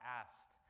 asked